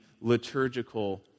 liturgical